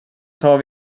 tar